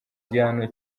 igihano